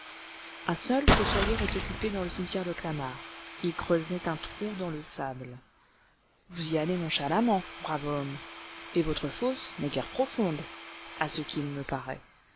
un seul fossoyeur est occupé dans le cimetière de clamart il creusait un trou dans le sable vous y allez nonchalamment brave homme et votre fosse n'est guère profonde à ce qu'il me paraît